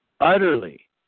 utterly